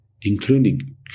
including